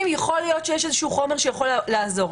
יכול להיות שיש איזה חומר שיכול לעזור.